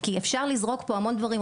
כי אפשר לזרוק פה המון דברים,